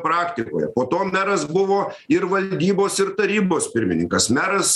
praktikoje po to meras buvo ir valdybos ir tarybos pirmininkas meras